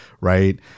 Right